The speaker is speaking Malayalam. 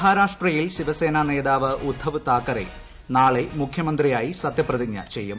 മഹാരാഷ്ട്രയിൽ ശിവ്സേന നേതാവ് ഉദ്ധവ് താക്കറെ നാളെ മുഖ്യമന്ത്രീയ്കായി സത്യപ്രതിജ്ഞ ചെയ്യും